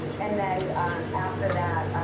and then after that,